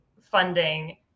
funding